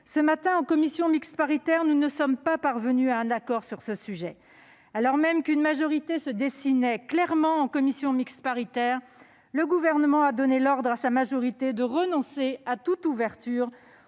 Ce matin, en commission mixte paritaire, nous ne sommes pas parvenus à un accord sur ce sujet : alors qu'une majorité se dessinait clairement, le Gouvernement a donné l'ordre à sa majorité de renoncer à toute ouverture